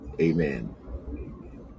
Amen